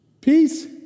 Peace